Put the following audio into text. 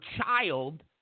child